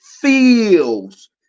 feels